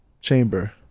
chamber